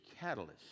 catalyst